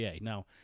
Now